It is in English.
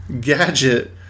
gadget